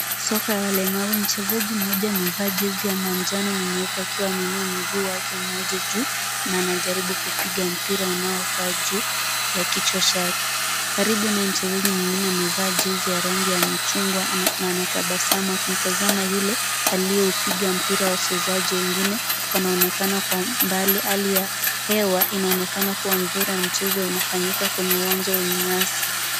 Soka ya walemavu. Mlemavu mmoja amevaa jezi ya manjano na nyeupe akiwa ameinua mguu wake mmoja juu na anajaribu kupiga mpira unaopaa juu ya kichwa chake. Karibu na mchezaji mwingine amevaa jezi ya rangi ya chungwa na anatabasamu akimtazama yule aliyeupiga mpira. Wachezaji wengine wanaonekana kwa umbali. Hali ya hewa inaonekana kuwa nzuri na mchezo unafanyika kwenye uwanja wenye nyasi.